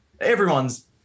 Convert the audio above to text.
everyone's